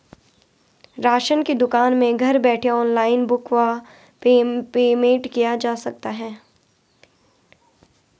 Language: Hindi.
राशन की दुकान में घर बैठे ऑनलाइन बुक व पेमेंट किया जा सकता है?